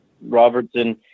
Robertson